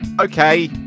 okay